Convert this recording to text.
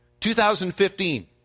2015